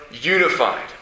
unified